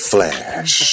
Flash